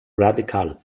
radikal